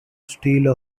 steal